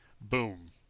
boom